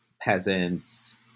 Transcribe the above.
peasants